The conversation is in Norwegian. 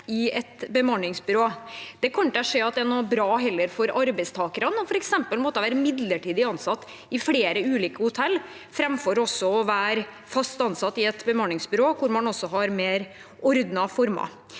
Jeg kan ikke se at det er noe bra for arbeidstakerne f.eks. å måtte være midlertidig ansatt i flere ulike hotell framfor å være fast ansatt i et bemanningsbyrå hvor man har mer ordnede former.